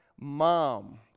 mom